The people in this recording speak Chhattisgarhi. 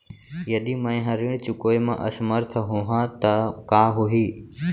यदि मैं ह ऋण चुकोय म असमर्थ होहा त का होही?